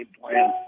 plan